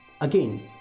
Again